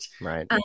right